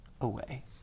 away